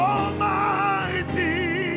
Almighty